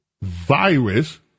virus